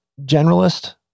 generalist